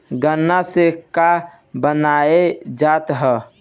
गान्ना से का बनाया जाता है?